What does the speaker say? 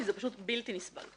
כי זה פשוט בלתי נסבל.